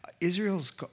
Israel's